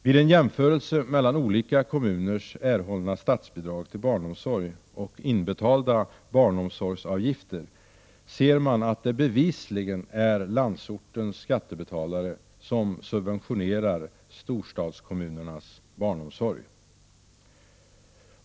Vid en jämförelse mellan de statsbidrag som olika kommuner erhåller och inbetalda barnomsorgsavgifter ser man att det bevisligen är landsortens skattebetalare som subventionerar storstadskommunernas barnomsorg.